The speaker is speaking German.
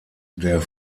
der